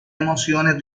emociones